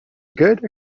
good